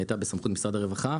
היא הייתה בסמכות משרד הרווחה,